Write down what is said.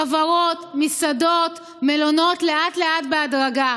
חברות, מסעדות, מלונות, לאט-לאט, בהדרגה.